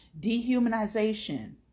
Dehumanization